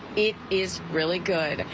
it is really good.